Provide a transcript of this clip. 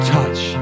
Touch